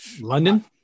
London